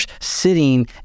sitting